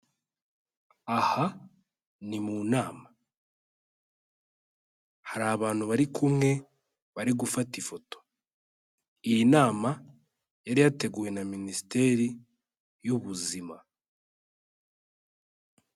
Aha ni mu nama, hari abantu bari kumwe bari gufata ifoto, iyi nama yari yateguwe na Minisiteri y'Ubuzima.